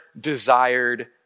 desired